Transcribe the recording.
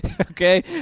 Okay